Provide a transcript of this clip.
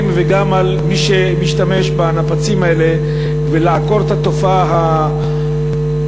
וגם על מי שמשתמש בנפצים האלה לעקור את התופעה הנלוזה,